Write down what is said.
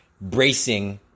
bracing